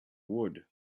wood